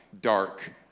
dark